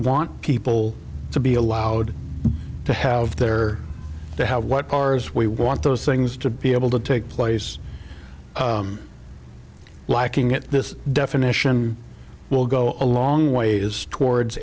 want people to be allowed to have their to have what cars we want those things to be able to take place liking it this definition will go a long ways towards